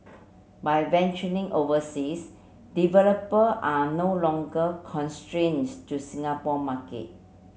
by venturing overseas developer are no longer constrains to Singapore market